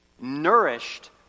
Nourished